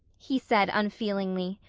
he said unfeelingly.